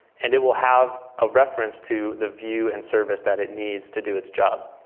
and it will have a reference to the view and service that it needs to do its job.